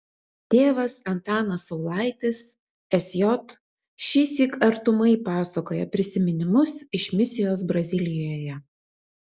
tėvas antanas saulaitis sj šįsyk artumai pasakoja prisiminimus iš misijos brazilijoje